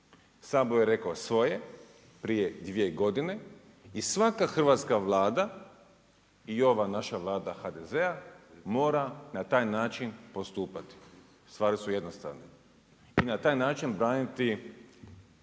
sabor je rekao svoje prije dvije godine, i svaka hrvatska Vlada i ova naša Vlada HDZ-a, mora na taj način postupati. Stvari su jednostavne. I na taj način braniti